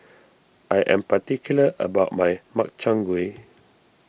I am particular about my Makchang Gui